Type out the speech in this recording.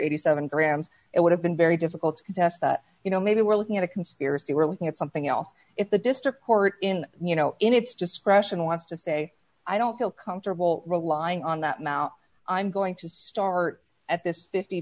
eighty seven grams it would have been very difficult to test that you know maybe we're looking at a conspiracy we're looking at something else if the district court in you know in its discretion wants to say i don't feel comfortable relying on that mount i'm going to start at this fifty